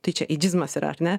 tai čia ydizmas yra ar ne